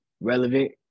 relevant